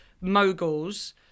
moguls